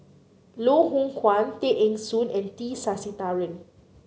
Loh Hoong Kwan Tay Eng Soon and T Sasitharan